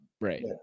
Right